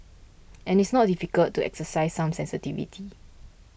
and it's not difficult to exercise some sensitivity